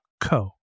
co